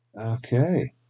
Okay